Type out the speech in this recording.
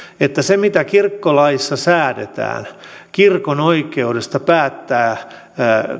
että sen takia mitä kirkkolaissa säädetään kirkon oikeudesta päättää